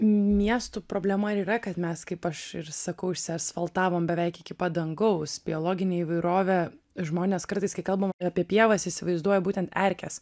miestų problema ir yra kad mes kaip aš ir sakau išsiasfaltavom beveik iki pat dangaus biologinė įvairovė žmonės kartais kai kalbam apie pievas įsivaizduoja būtent erkes